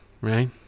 right